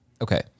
Okay